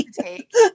take